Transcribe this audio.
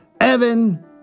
Evan